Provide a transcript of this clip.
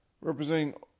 representing